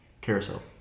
carousel